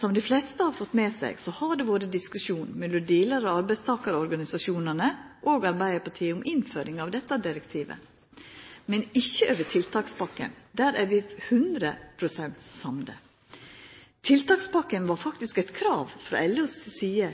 Som dei fleste har fått med seg, har det vore diskusjon mellom delar av arbeidstakarorganisasjonane og Arbeidarpartiet om innføring av dette direktivet, men ikkje over tiltakspakken – der er vi 100 pst. samde. Tiltakspakken var faktisk i si tid eit krav frå LO si side.